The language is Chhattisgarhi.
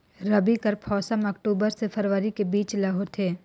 रबी कर मौसम अक्टूबर से फरवरी के बीच ल होथे